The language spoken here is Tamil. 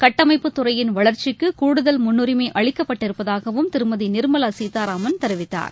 கட்டமைப்புத்துறையின் வளர்ச்சிக்குகூடுதல் முன்னுரிமைஅளிக்கப்பட்டிருப்பதாகவும் திருமதிநிர்மலாசீதாராமன் தெரிவித்தார்